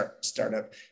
startup